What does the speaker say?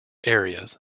areas